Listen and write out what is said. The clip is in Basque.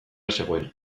zegoen